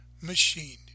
machine